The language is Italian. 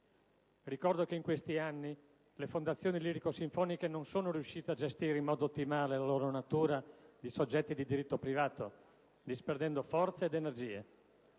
Ricordo che in questi anni le fondazioni lirico-sinfoniche non sono riuscite a gestire in modo ottimale la loro natura di soggetti di diritto privato, disperdendo forze ed energie.